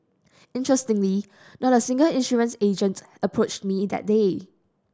interestingly not a single insurance agent approached me that day